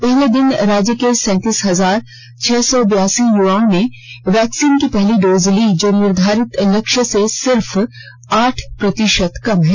पहले दिन राज्य के सैतीस हजार छह सौ बेरासी युवाओं ने वैक्सीन की पहली डोज ली जो निर्धारित लक्ष्य से सिर्फ आठ प्रतिशत ही कम है